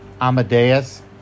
Amadeus